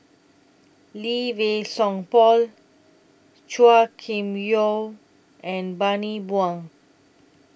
Lee Wei Song Paul Chua Kim Yeow and Bani Buang